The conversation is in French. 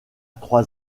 trois